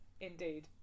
Indeed